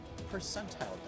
percentile